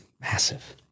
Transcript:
Massive